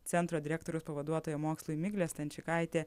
centro direktoriaus pavaduotoja mokslui miglė stančikaitė